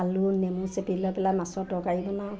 আলু নেমু চেপি লৈ পেলাই মাছৰ তৰকাৰী বনাওঁ